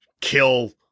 kill